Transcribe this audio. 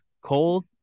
cold